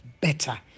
better